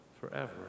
forever